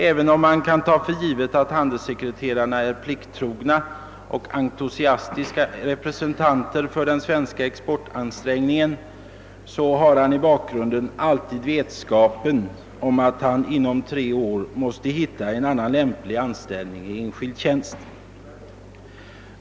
även om man kan ta för givet att handelssekreterarna är plikttrogna och entusiastiska representanter för den svenska exportansträngningen, har vederbörande i bakgrunden alltid vetskapen om att han inom tre år måste hitta en lämplig anställning i enskild tjänst.